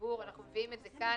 הצעות לסדר, אני מבקש ממש בקצרה.